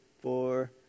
four